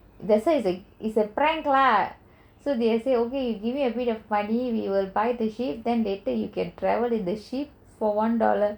that's why it's a it's a prank lah so they'll say okay give me a bit of money I will buy the ship then later you can travel in the ship for one dollar